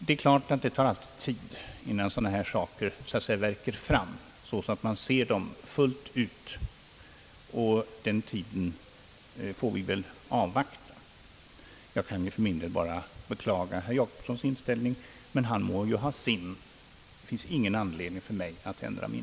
Naturligtvis tar det tid innan sådana saker » värker fram» så att man ser dem fullt klart; och den tiden får vi väl avvakta. Jag kan för min del bara beklaga herr Jacobssons inställning. Men han må ha sin uppfattning — det finns ingen anledning för mig att ändra min.